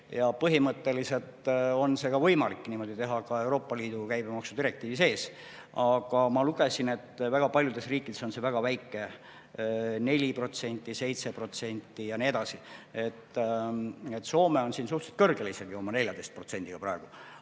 Põhimõtteliselt on võimalik niimoodi teha ka Euroopa Liidu käibemaksu direktiivi sees. Aga ma lugesin, et väga paljudes riikides on [käibemaks] väga väike: 4%, 7% ja nii edasi. Soome on siin suhteliselt kõrgel isegi oma 14%-ga praegu.